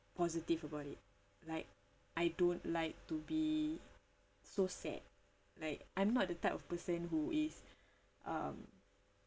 positive about it like I don't like to be so sad like I'm not the type of person who is um